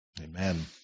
Amen